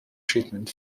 treatment